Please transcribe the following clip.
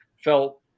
felt